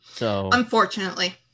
Unfortunately